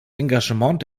engagement